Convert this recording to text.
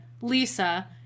Lisa